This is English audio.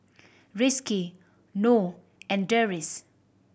Rizqi Noh and Deris